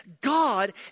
God